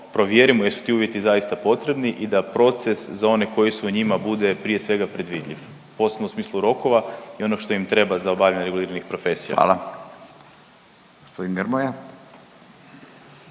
provjerimo jesu ti uvjeti zaista potrebni i da proces za one koji se o njima bude prije svega predvidljiv posebno u smislu rokova i ono što im treba za obavljanje reguliranih profesija.